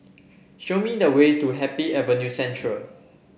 show me the way to Happy Avenue Central